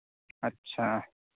اچھا